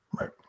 Right